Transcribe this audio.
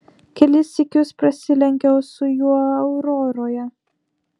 kelis sykius prasilenkiau su juo auroroje